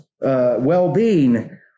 well-being